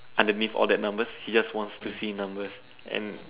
underneath all that numbers he just want to see numbers